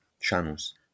channels